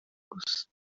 gusa